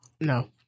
No